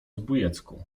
zbójecku